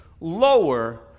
lower